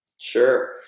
Sure